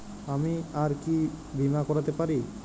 আমি আর কি বীমা করাতে পারি?